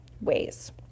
ways